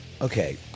Okay